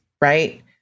Right